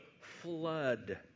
flood